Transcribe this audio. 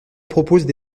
proposent